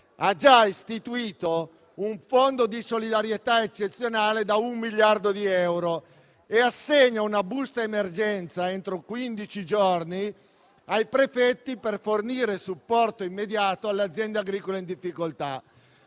ha già istituito un Fondo di solidarietà eccezionale da un miliardo di euro e assegna una busta emergenza entro quindici giorni ai prefetti per fornire supporto immediato alle aziende agricole in difficoltà.